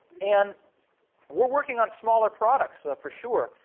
and we're working on smaller products, for sure,